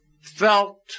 felt